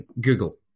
Google